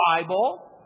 Bible